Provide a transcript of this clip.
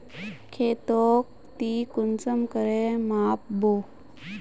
खेतोक ती कुंसम करे माप बो?